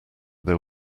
there